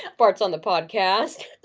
farts on the podcast.